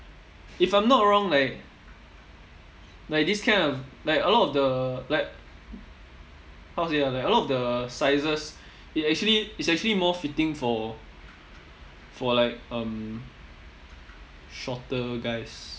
if I'm not wrong like like this kind of like a lot of the like how to say ah like a lot of the sizes it actually it's actually more fitting for for like um shorter guys